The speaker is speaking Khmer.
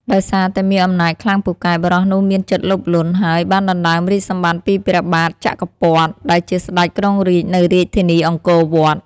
ដោយសារតែមានអំណាចខ្លាំងពូកែ បុរសនោះមានចិត្តលោភលន់ ហើយបានដណ្តើមរាជ្យសម្បត្តិពីព្រះបាទចក្រពត្តិ ដែលជាស្តេចគ្រងរាជ្យនៅរាជធានីអង្គរវត្ត ។